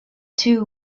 two